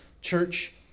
church